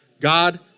God